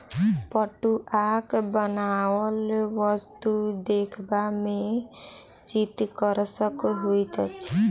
पटुआक बनाओल वस्तु देखबा मे चित्तकर्षक होइत अछि